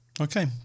Okay